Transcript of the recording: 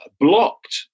blocked